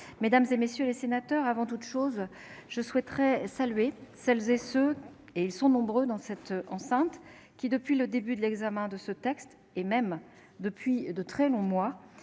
mesdames, messieurs les sénateurs, avant toute chose, je souhaiterais saluer celles et ceux- ils sont nombreux dans cet hémicycle -qui, depuis le début de l'examen de ce texte, et même depuis de très longs mois,